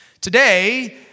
Today